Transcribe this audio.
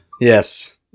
Yes